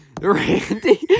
randy